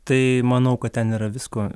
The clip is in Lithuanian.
tai manau kad ten yra visko